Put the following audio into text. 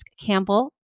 Campbell